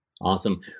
Awesome